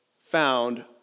found